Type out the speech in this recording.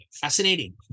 Fascinating